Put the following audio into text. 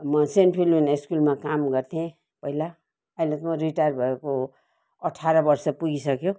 म saint Philomena स्कुलमा काम गर्थेँ पहिला अहिले त म रिटायर्ड भएको अठाह्र वर्ष पुगिसक्यो